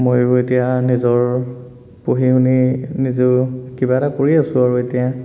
মইও এতিয়া নিজৰ পঢ়ি শুনি নিজেও কিবা এটা কৰি আছো আৰু এতিয়া